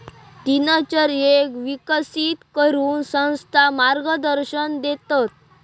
दिनचर्येक विकसित करूक संस्था मार्गदर्शन देतत